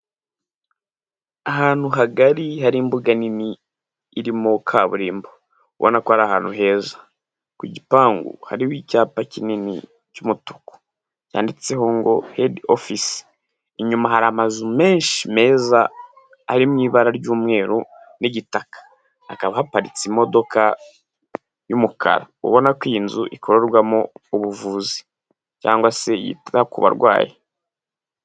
Ahantu hagari hari imbuga nini irimo kaburimbo, ubona ko ari ahantu heza. Ku gipangu hariho icyapa kinini cy'umutuku yanditseho ngo:"Head office". Inyuma hari amazu menshi meza ari mu ibara ry'umweru n'igitaka, hakaba haparitse imodoka y'umukara. Ubona ko iyi nzu ikorerwamo ubuvuzi cyangwa se yita ku barwayi.